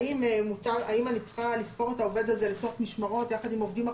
אם אני צריכה לספור את העובד הזה לתוך משמרות יחד עם עובדים אחרים,